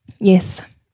Yes